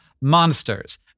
monsters